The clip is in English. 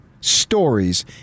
Stories